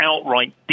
outright